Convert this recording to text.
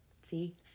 see